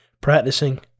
practicing